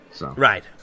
Right